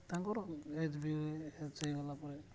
ତାଙ୍କର ଏଜ୍ ବି ଏଜ୍ ହେଇଗଲା ପରେ